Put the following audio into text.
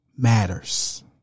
Matters